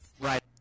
Right